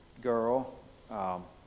girl